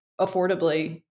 affordably